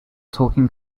talking